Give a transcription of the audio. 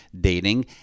dating